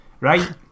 right